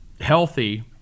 healthy